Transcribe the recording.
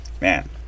man